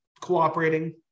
cooperating